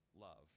love